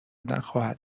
نخواهد